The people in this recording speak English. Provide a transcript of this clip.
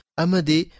amade